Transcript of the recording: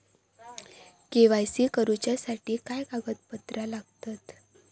KYC करूच्यासाठी काय कागदपत्रा लागतत?